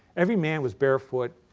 every man was barefoot,